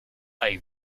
hay